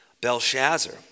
Belshazzar